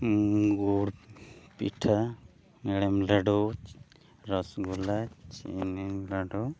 ᱜᱩᱲ ᱯᱤᱴᱷᱟᱹ ᱦᱮᱲᱮᱢ ᱞᱟᱹᱰᱩ ᱨᱚᱥᱜᱳᱞᱞᱟ ᱪᱤᱱᱤ ᱞᱟᱹᱰᱩ